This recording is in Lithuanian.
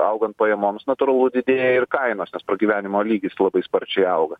augant pajamoms natūralu didėja ir kainos nes pragyvenimo lygis labai sparčiai auga